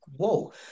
whoa